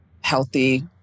healthy